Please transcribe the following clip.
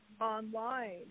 online